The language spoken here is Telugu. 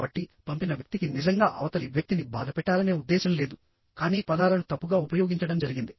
కాబట్టి పంపిన వ్యక్తికి నిజంగా అవతలి వ్యక్తిని బాధపెట్టాలనే ఉద్దేశ్యం లేదు కానీ పదాలను తప్పుగా ఉపయోగించడం జరిగింది